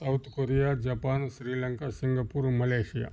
south Korea Japan Sri Lanka Singapore Malaysia